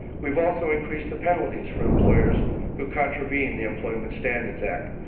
we have also increased the penalties for employers who contravene the employment standards act.